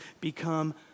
become